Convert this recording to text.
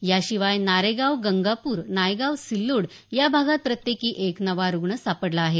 या शिवाय नारेगाव गंगापूर नायगाव सिल्लोड या भागात प्रत्येकी एक नवा रुग्ण सापडला आहे